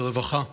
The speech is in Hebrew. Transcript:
ברווחה.